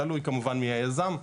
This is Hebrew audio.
תלוי כמובן מי היזם,